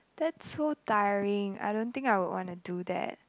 that's so tiring I don't think I would want to do that